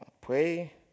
pray